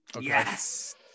Yes